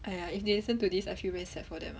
!aiya! if they listen to this I feel very sad for them ah